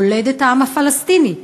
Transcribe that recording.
מולדת העם הפלסטיני.